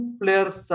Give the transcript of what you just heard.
players